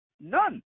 None